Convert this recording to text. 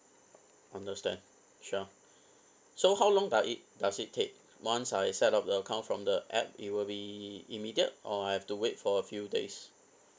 understand sure so how long does it does it take once I set up the account from the app it will be immediate or I have to wait for a few days